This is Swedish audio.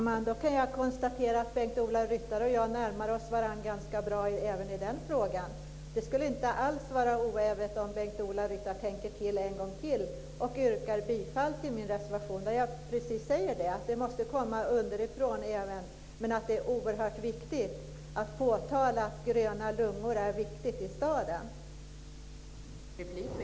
Fru talman! Jag kan konstatera att Bengt-Ola Ryttar och jag närmar oss varandra ganska bra även i den frågan. Det skulle inte alls vara oävet om Bengt Ola Ryttar tänkte till ytterligare en gång och yrkade bifall till min reservation. Bengt-Ola Ryttar säger att trycket måste komma underifrån, men det är viktigt att framhålla att det är väsentligt med gröna lungor i en stad.